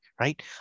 Right